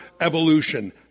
evolution